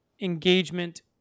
engagement